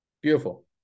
Beautiful